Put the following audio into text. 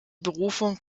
berufung